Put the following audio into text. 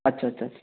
আচ্ছা আচ্ছা আচ্ছা